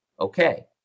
Okay